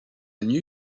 new